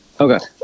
Okay